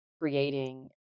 creating